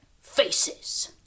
faces